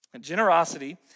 Generosity